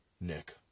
Nick